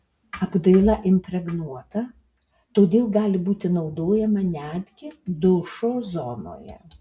apdaila impregnuota todėl gali būti naudojama netgi dušo zonoje